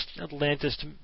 Atlantis